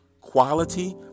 quality